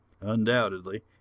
Undoubtedly